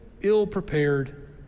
ill-prepared